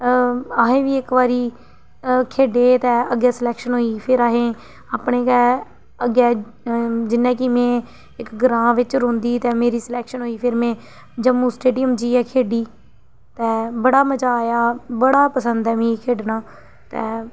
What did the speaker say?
असें बी इक बारी खेढे ते अग्गें सलैक्शन होई गेई फेर असें अपने गै अग्गैं जियां के में इक ग्रांऽ बिच्च रौंह्दी ते मेरी सलैक्शन होई गेई फेर में जम्मू स्टेडियम जाइयै खेढी ते बड़ा मजा आया बड़ा पंसद ऐ मिगी खेढना ते